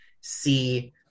see